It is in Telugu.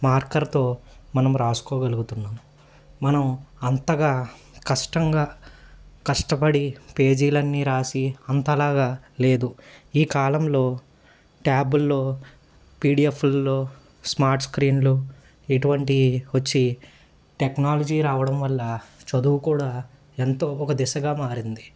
మార్కర్తో మనం రాసుకోగలుగుతున్నాం మనం అంతగా కష్టంగా కష్టపడి పేజీలన్నీ రాసి అంతలాగా లేదు ఈ కాలంలో ట్యాబుల్లో పీడిఎఫ్ల్లో స్మార్ట్ స్క్రీన్లు ఇటువంటి వచ్చి టెక్నాలజీ రావడం వల్ల చదువు కూడా ఎంతో ఒక దిశగా మారింది